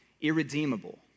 irredeemable